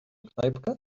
knajpkę